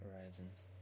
horizons